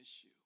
issue